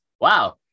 wow